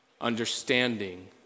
Understanding